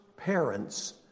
Parents